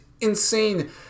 insane